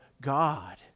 God